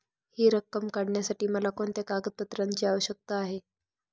हि रक्कम काढण्यासाठी मला कोणत्या कागदपत्रांची आवश्यकता आहे?